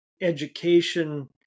education